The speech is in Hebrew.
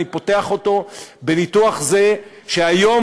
אני פותח אותו בניתוח זה שהיום,